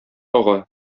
ага